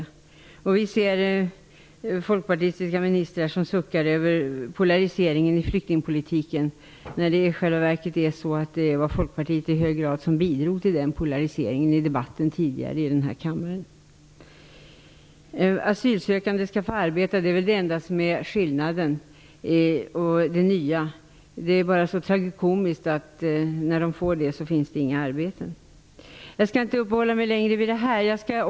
Vi ser nu hur Folkpartiets ministrar suckar över polariseringen i flyktingpolitiken, när det i själva verket var Folkpartiet som i den tidigare debatten här i kammaren i hög grad bidrog till den polariseringen. Asylsökande skall få arbeta. Det är den enda skillnaden och det nya. Det tragikomiska är, att när de nu får det finns det inga arbeten. Jag skall inte uppehålla mig längre vid detta. Fru talman!